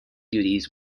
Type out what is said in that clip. duties